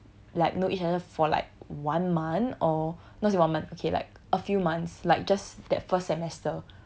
like know each other for like one month or not say one month okay like a few months like just that first semester